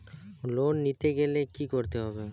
Loan নিতে গেলে কি করতে হবে?